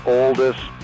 oldest